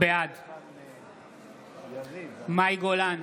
בעד מאי גולן,